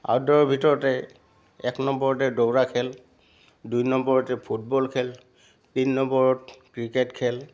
আউটডোৰৰ ভিতৰতে এই এক নম্বৰতে দৌৰা খেল দুই নম্বৰতে ফুটবল খেল তিনি নম্বৰত ক্ৰিকেট খেল